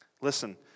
Listen